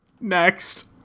Next